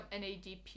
NADP